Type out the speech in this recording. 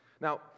Now